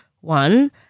One